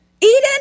Eden